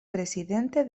presidente